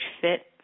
fit